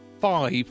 five